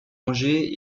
rangées